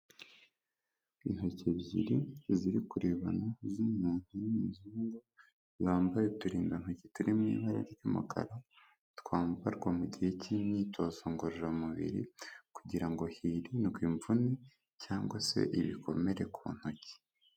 Intoki ebyiri ziri kurebana z'umuntu w'umuzungu, zambaye uturindantoki turi mu ibara ry'umukara, twambarwa mu gihe cy'imyitozo ngororamubiri kugira ngo hirindwe imvune cyangwa se ibikomere ku ntoki.